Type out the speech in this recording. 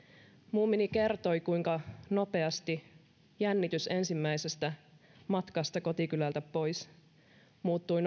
mummini kertoi kuinka nopeasti jännitys ensimmäisestä matkasta kotikylältä pois muuttui